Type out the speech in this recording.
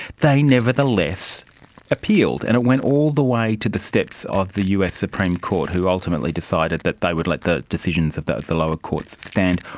they nevertheless appealed and it went all the way to the steps of the us supreme court who ultimately decided that they would let the decisions of the the lower courts stand.